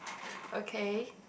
okay